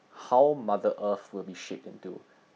how mother earth will be shaped into